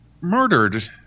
murdered